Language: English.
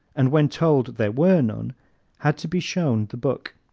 and when told there were none had to be shown the book.